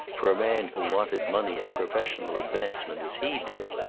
for a man who wanted money and professional advancement as he did,